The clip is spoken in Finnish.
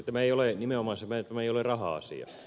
tämä ei ole nimenomaan raha asia